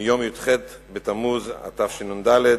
מיום י"ח בתמוז התשנ"ד,